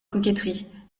coquetterie